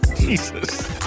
Jesus